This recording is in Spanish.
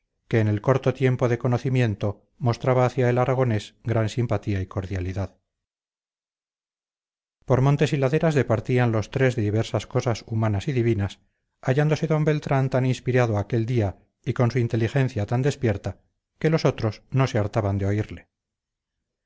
que en el corto tiempo de conocimiento mostraba hacia el aragonés gran simpatía y cordialidad por montes y laderas departían los tres de diversas cosas humanas y divinas hallándose d beltrán tan inspirado aquel día y con su inteligencia tan despierta que los otros no se hartaban de oírle